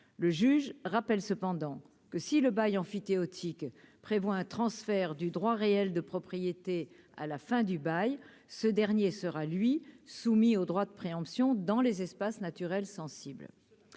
le juge rappelle cependant que si le bail emphytéotique prévoit un transfert du droit réel de propriété à la fin du bail, ce dernier sera lui, soumis au droit de préemption dans les espaces naturels sensibles